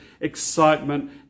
excitement